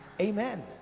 Amen